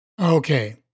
Okay